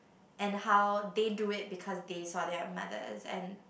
and how they do it because they saw their mothers and